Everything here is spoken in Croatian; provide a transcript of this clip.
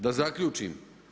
Da zaključim.